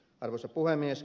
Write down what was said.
arvoisa puhemies